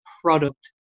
product